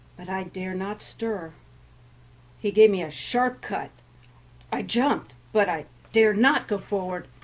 but i dare not stir he gave me a sharp cut i jumped, but i dare not go forward.